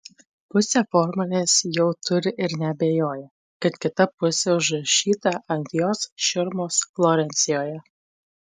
pusę formulės jau turi ir neabejoja kad kita pusė užrašyta ant jos širmos florencijoje